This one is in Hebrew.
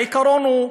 העיקרון הוא: